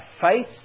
faith